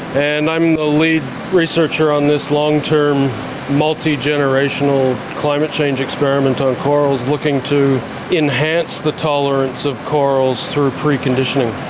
and i am the lead researcher on this long-term multigenerational climate change experiment on corals, looking to enhance the tolerance of corals through preconditioning.